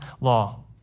law